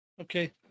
Okay